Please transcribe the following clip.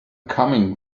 coming